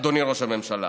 אדוני ראש הממשלה?